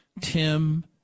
Tim